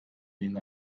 ihnen